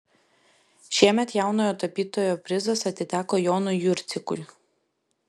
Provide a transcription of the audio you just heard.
šiemet jaunojo tapytojo prizas atiteko jonui jurcikui